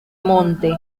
monte